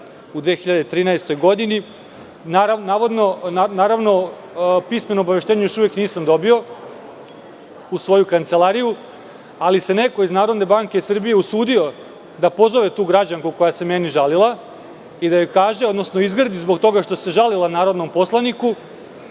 u 2013. godini. Naravno, pismeno obaveštenje još uvek nisam dobio u svoju kancelariju, ali se neko iz Narodne banke Srbije usudio da pozove tu građanku koja se meni žalila i da joj kaže, odnosno izgrdi zbog toga što se žalila narodnom poslaniku